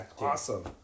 awesome